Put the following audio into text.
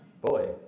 Boy